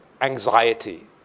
anxiety